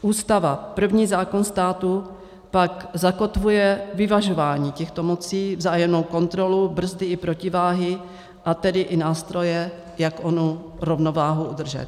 Ústava, první zákon státu, pak zakotvuje vyvažování těchto mocí, vzájemnou kontrolu, brzdy i protiváhy, a tedy i nástroje, jak onu rovnováhu udržet.